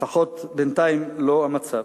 לפחות בינתיים, לא המצב.